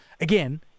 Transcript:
Again